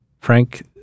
Frank